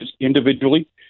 individually